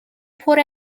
پره